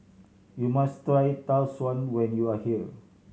you must try Tau Suan when you are here